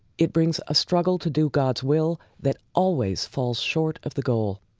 it brings a struggle to do god's will that always falls short of the goal.